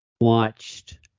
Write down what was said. watched